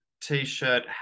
t-shirt